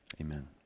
Amen